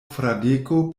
fradeko